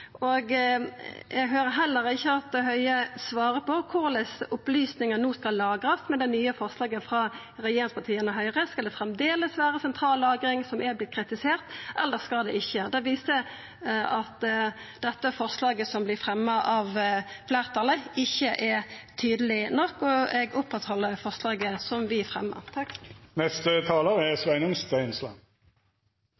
Eg høyrer heller ikkje at Høie svarar på korleis opplysningar no skal lagrast med det nye forslaget frå regjeringspartia. Skal det framleis vera sentrallagring, som har vorte kritisert, eller skal det ikkje? Det viser at forslaget som vert fremja av fleirtalet, ikkje er tydeleg nok, og eg held fast ved forslaget vi fremja. Jeg føler behov for å imøtegå noe av det som